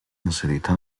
inserita